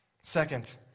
Second